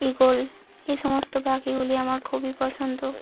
eagle এই সমস্ত পাখিগুলি আমার খুবই পছন্দ